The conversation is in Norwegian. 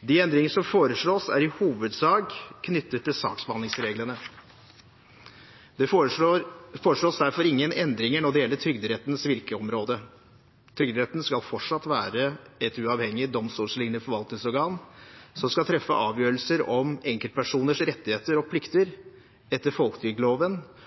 De endringer som foreslås, er i hovedsak knyttet til saksbehandlingsreglene. Det foreslås derfor ingen endringer når det gjelder Trygderettens virkeområde. Trygderetten skal fortsatt være et uavhengig domstollignende forvaltningsorgan som skal treffe avgjørelser om enkeltpersoners rettigheter og plikter etter folketrygdloven